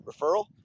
referral